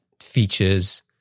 features